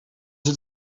het